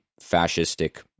fascistic